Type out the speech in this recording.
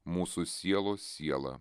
mūsų sielos siela